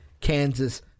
Kansas